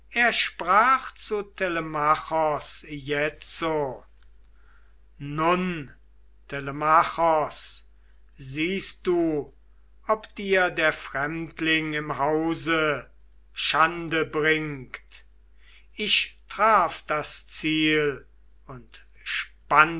er sprach zu telemachos jetzo nun telemachos siehst du ob dir der fremdling im hause schande bringt ich traf das ziel und